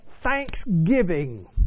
thanksgiving